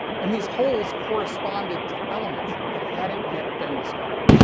and these holes corresponded to elements that hadn't yet been discovered.